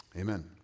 Amen